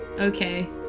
Okay